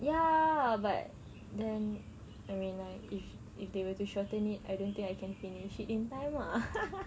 ya but then I mean like if if they were to shorten it I don't think I can finish in time ah